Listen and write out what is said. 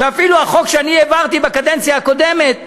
ואפילו החוק שאני העברתי בקדנציה הקודמת,